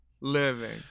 Living